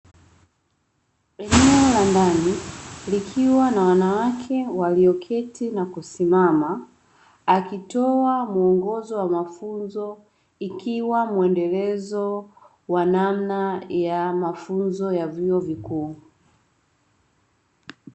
Eneo la ndani likiwa na wanawake walioketi na kusimama, akitoa muongozo wa mafunzo ikiwa mwendelezo wa namna ya mafunzo ya vyuo vikuu.